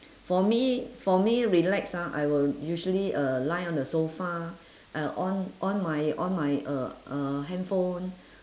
for me for me relax ah I will usually uh lie on the sofa I'll on on my on my uh uh handphone